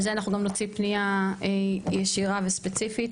על זה אנחנו גם נוציא פנייה ישירה וספציפית.